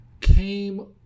came